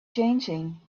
changing